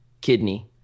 Kidney